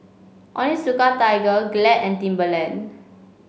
Onitsuka Tiger Glad and Timberland